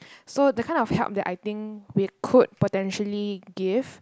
so the kind of help that I think we could potentially give